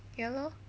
ya lor